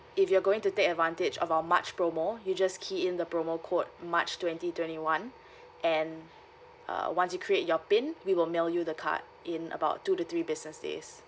if you're going to take advantage of our march promo you just key in the promo code march twenty twenty one and uh once you create your pin we will mail you the card in about two to three business days